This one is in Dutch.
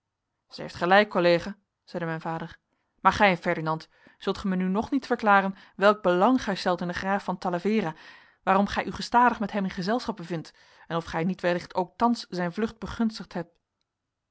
zij heeft gelijk collega zeide mijn vader maar gij ferdinand zult ge mij nu nog niet verklaren welk belang gij stelt in den graaf van talavera waarom gij u gestadig met hem in gezelschap bevindt en of gij niet wellicht ook thans zijn vlucht begunstigd hebt